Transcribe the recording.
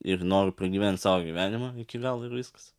ir noriu pagyvent savo gyvenimą iki galo ir viskas